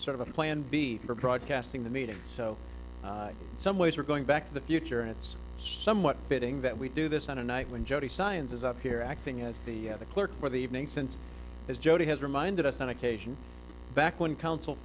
sort of a plan b for broadcasting the meeting so some ways are going back to the future and it's somewhat fitting that we do this on a night when jodi scions is up here acting as the clerk for the evening since as jodi has reminded us on occasion back when counsel